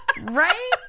right